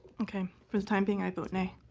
okay. for the time being, i vote nay.